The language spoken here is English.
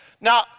Now